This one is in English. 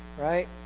right